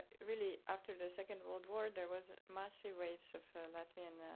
really after the second world war, there was massive waves of latvian